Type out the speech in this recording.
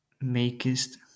makest